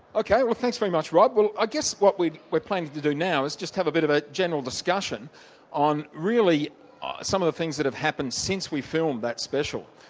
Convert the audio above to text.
okay, well thanks very much rob. well i guess what we're planning to do now is just have a bit of a general discussion on really some of the things that have happened since we filmed that special,